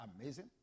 amazing